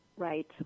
Right